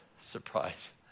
surprise